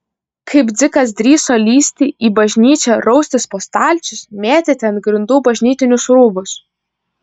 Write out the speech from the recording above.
kaip dzikas drįso lįsti į bažnyčią raustis po stalčius mėtyti ant grindų bažnytinius rūbus